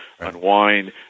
unwind